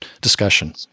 discussion